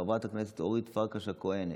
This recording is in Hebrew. חברת הכנסת אורית פרקש הכהן,